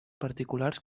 particulars